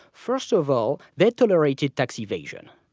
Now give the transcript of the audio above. first of all, they've tolerated tax evasion.